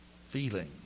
feeling